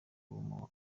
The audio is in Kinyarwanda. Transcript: ubuntu